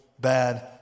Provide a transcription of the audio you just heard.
bad